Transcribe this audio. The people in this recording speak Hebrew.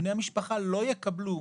בני המשפחה לא יקבלו.